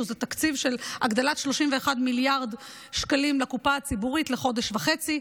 שזה תקציב של הגדלת 31 מיליארד שקלים לקופה הציבורית לחודש וחצי.